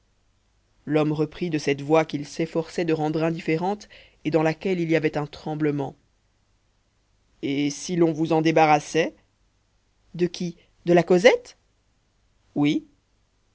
l'homme reprit de cette voix qu'il s'efforçait de rendre indifférente et dans laquelle il y avait un tremblement et si l'on vous en